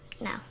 No